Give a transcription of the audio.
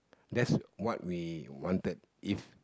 that's what we wanted if